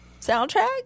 soundtrack